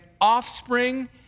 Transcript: offspring